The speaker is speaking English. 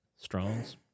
Strong's